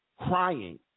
crying